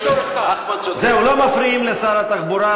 זהו, לא מפריעים לשר התחבורה.